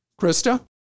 Krista